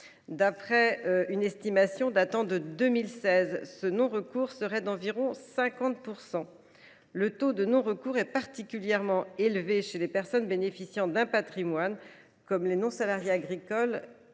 D’après une estimation datant de 2016, ce non recours s’élèverait à environ 50 %. Il est particulièrement élevé chez les personnes bénéficiant d’un patrimoine, comme les non salariés agricoles